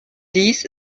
dies